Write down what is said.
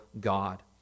God